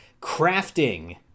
crafting